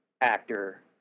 actor